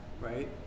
right